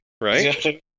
right